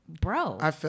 bro